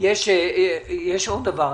יש עוד דבר,